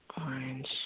Orange